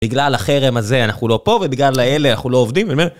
בגלל החרם הזה אנחנו לא פה, ובגלל האלה אנחנו לא עובדים.